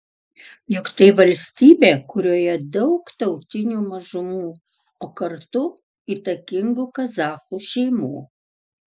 juk tai valstybė kurioje daug tautinių mažumų o kartu įtakingų kazachų šeimų